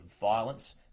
violence